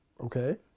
Okay